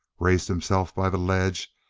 raised himself by the ledge,